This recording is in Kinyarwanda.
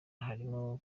harimo